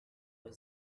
gihe